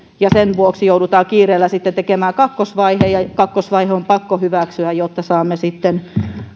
ja sen vuoksi joudutaan kiireellä sitten tekemään kakkosvaihe ja kakkosvaihe on pakko hyväksyä jotta saamme sitten